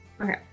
Okay